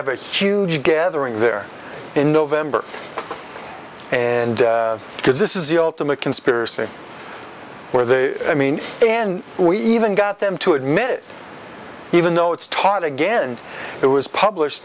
have a huge gathering there in november and because this is the ultimate conspiracy where they i mean and we even got them to admit it even though it's taught again it was publish